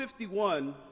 51